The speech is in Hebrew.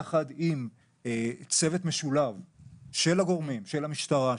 יחד עם צוות משולב של הגורמים של המשטרה,